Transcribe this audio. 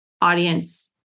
audience